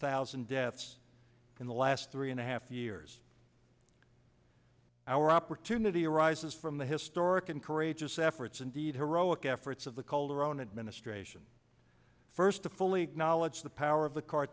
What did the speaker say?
thousand deaths in the last three and a half years our opportunity arises from the historic and courageous efforts indeed heroic efforts of the calderon administration first to fully acknowledge the power of the car